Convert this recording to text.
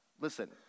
Listen